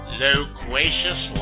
loquacious